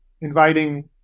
inviting